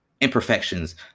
imperfections